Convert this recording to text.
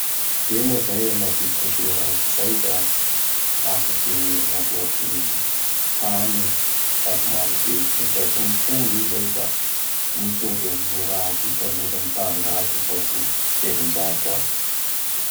I moa izay am maha bilodôzera azy izay; da afaky mandroaky tany i, tany maro be. Indraiky mitrongy i izay da mitovy am gny raha vitan'olo mità angady fa ho telonjato agny.